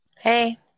hey